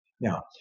Now